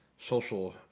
social